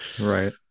right